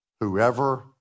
whoever